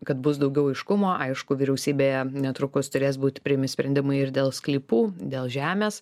kad bus daugiau aiškumo aišku vyriausybėje netrukus turės būt priimami sprendimai ir dėl sklypų dėl žemės